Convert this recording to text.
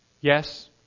Yes